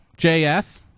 JS